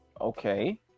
Okay